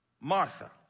Martha